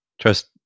trust